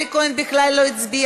אלי כהן בכלל לא הצביע.